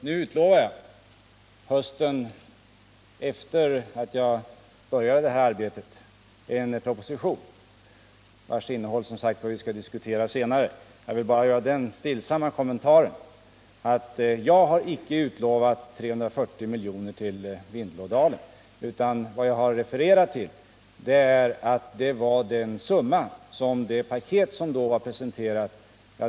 Nu utlovar jag hösten efter det att jag börjat detta arbete en proposition, vars innehåll vi som sagt skall diskutera senare. Jag vill bara göra den stillsamma kommentaren att jag inte har utlovat 340 milj.kr. till Vindelådalen. Jag har bara refererat till kostnaden för det paket som tidigare presenterats.